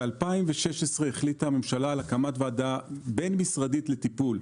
ב-2016 החליטה הממשלה על ועדה בין-משרדית לטיפול.